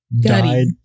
died